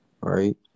right